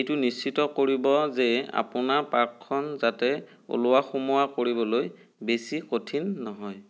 এইটো নিশ্চিত কৰিব যে অপোনাৰ পাৰ্কখন যাতে ওলোৱা সোমোৱা কৰিবলৈ বেছি কঠিন নহয়